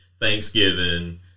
Thanksgiving